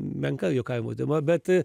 menka juokavimo tema bet